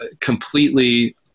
completely